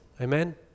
Amen